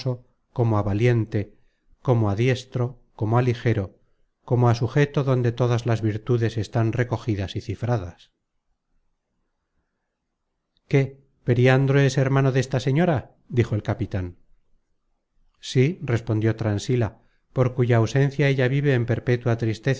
como á valiente como á diestro como á ligero como á sugeto donde todas las virtudes están recogidas y cifradas qué periandro es hermano desta señora dijo el capitan sí respondió transila por cuya ausencia ella vive en perpétua tristeza